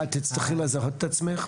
מיכל, תצטרכי לזהות את עצמך.